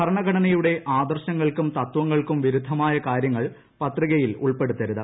ഭരണഘ ടനയുടെ ആദർശങ്ങൾക്കൂം തത്വങ്ങൾക്കും വിരുദ്ധമായ കാ ര്യങ്ങൾ പത്രികയിൽ ഉൾപ്പെടുത്തരുത്